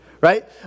right